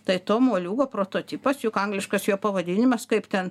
tai to moliūgo prototipas juk angliškas jo pavadinimas kaip ten